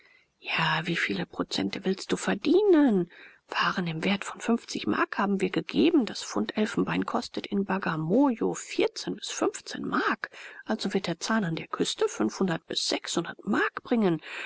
ja wie viele prozente willst du verdienen waren im werte von mark haben wir gegeben das pfund elfenbein kostet in bagamoyo bis mark also wird der zahn an der küste bis mark bringen